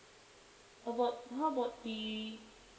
about how about the